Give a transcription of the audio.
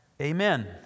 Amen